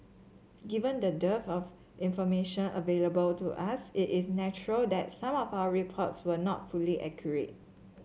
given the dearth of information available to us it is natural that some of our reports were not fully accurate